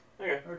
Okay